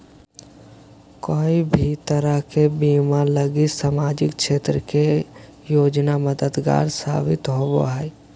कोय भी तरह के बीमा लगी सामाजिक क्षेत्र के योजना मददगार साबित होवो हय